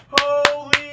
Holy